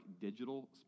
digital